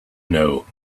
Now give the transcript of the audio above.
know